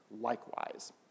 likewise